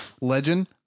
Legend